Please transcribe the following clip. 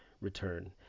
return